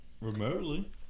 remotely